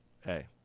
Hey